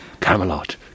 Camelot